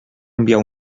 enviar